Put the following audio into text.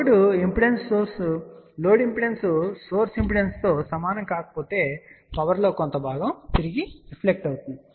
load impedance source ఇంపిడెన్స్తో సమానం కాకపోతే పవర్ లో కొంత భాగం తిరిగి రిఫ్లెక్ట్ అవుతుంది